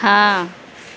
हाँ